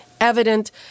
Evident